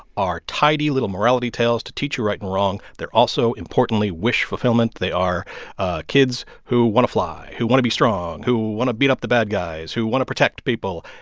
are tidy, little morality tales to teach you right and wrong. they're also, importantly, wish fulfillment. they are ah kids who want to fly, who want to be strong, who want to beat up the bad guys, who want to protect people.